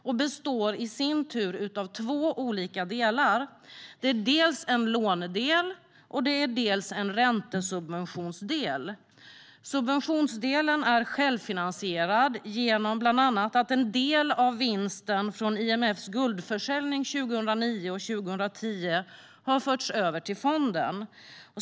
Den består i sin tur av två olika delar: dels en lånedel, dels en räntesubventionsdel. Subventionsdelen är självfinansierad, bland annat genom att en del av vinsten från IMF:s guldförsäljning 2009 och 2010 har förts över till fonden.